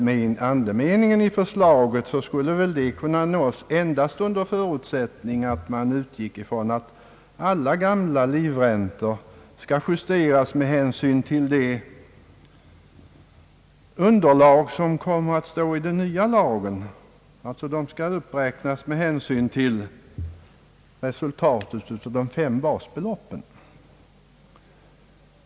Motionärerna tror att det skulle bli bättre, men så skulle bli fallet endast om man utgick från att alla gamla livräntor skall justeras med hänsyn till det underlag som kommer att gälla enligt den nya lagen, dvs. att livräntorna skulle uppräknas inom ramen för de fem basbeloppen.